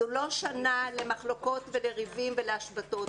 זו לא שנה למחלוקות, למריבות ולהשבתות.